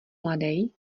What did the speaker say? mladej